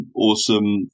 awesome